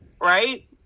right